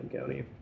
County